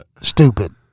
Stupid